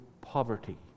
poverty